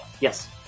Yes